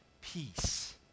peace